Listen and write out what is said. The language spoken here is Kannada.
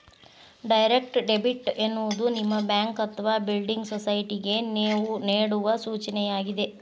ಡೈರೆಕ್ಟ್ ಡೆಬಿಟ್ ಎನ್ನುವುದು ನಿಮ್ಮ ಬ್ಯಾಂಕ್ ಅಥವಾ ಬಿಲ್ಡಿಂಗ್ ಸೊಸೈಟಿಗೆ ನೇವು ನೇಡುವ ಸೂಚನೆಯಾಗಿದೆ